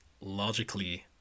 logically